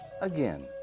Again